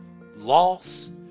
loss